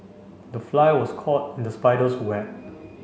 the fly was caught in the spider's web